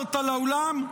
שחזרת לאולם.